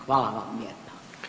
Hvala vam lijepa.